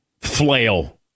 flail